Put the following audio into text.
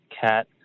cat